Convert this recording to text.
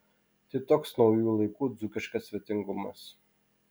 tai toks naujųjų laikų dzūkiškas svetingumas